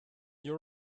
your